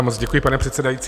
Moc děkuji, pane předsedající.